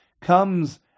comes